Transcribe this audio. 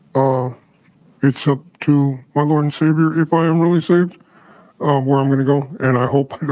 ah it's up to my lord and savior if i am really saved or where i'm going to go and i hope